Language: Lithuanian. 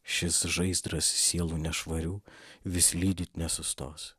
šis žaizdras sielų nešvarių vis lydyt nesustos